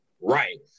Right